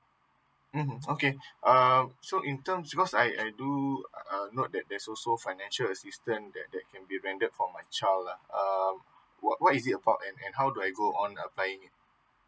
mmhmm okay um so in terms because I I do uh note that there's also financial assistance that that can be rendered for my child lah um what what is it about and and how do I go on applying it